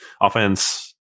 offense